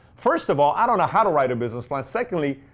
first of all, i don't know how to write a business plan. secondly,